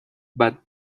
but